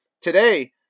Today